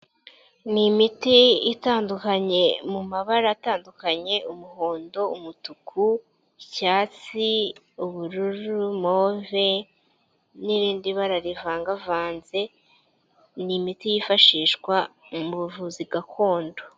Ni imiti itandukanye mu mabara atandukanye umuhondo, umutuku, icyatsi, ubururu ,move n'irindi bara rivangavanze . Ni imiti yifashishwa mu buvuzi gakondo.